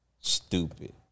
Stupid